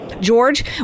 George